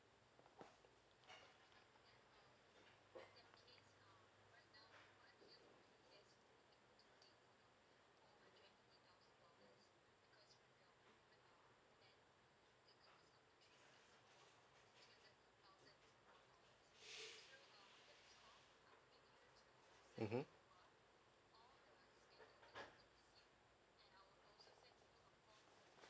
mmhmm